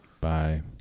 Bye